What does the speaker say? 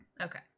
Okay